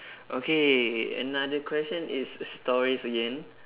okay another question is stories again